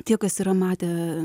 tie kas yra matę